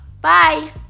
Bye